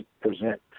present –